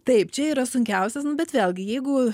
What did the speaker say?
taip čia yra sunkiausias nu bet vėlgi jeigu